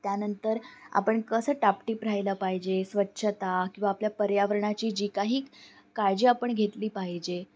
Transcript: त्यानंतर आपण कसं टापटीप राहिलं पाहिजे स्वच्छता किंवा आपल्या पर्यावरणाची जी काही काळजी आपण घेतली पाहिजे